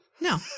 No